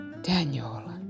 Daniel